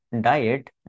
diet